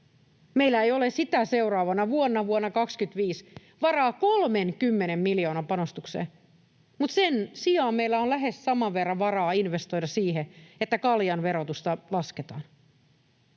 Meillä ei ole sitä seuraavana vuonna, vuonna 25, varaa 30 miljoonan panostukseen, mutta sen sijaan meillä on lähes saman verran varaa investoida siihen, että kaljan verotusta lasketaan.